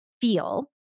feel